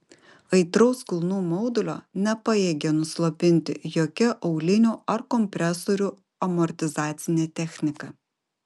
aitraus kulnų maudulio nepajėgė nuslopinti jokia aulinių ar kompresorių amortizacinė technika